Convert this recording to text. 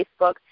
Facebook